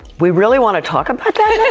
we really wanna talk about that